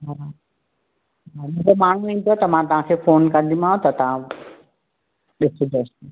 हा मुंहिंजो माण्हू ईंदव त मां तव्हांखे फोन कंदीमांव त तव्हां ॾिसिजो